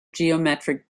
geometric